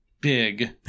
big